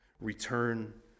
Return